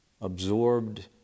absorbed